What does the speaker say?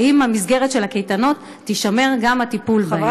האם במסגרת הקייטנות יישמר גם הטיפול בהם?